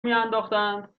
میانداختند